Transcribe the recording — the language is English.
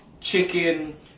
chicken